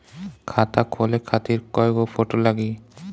खाता खोले खातिर कय गो फोटो लागी?